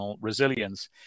resilience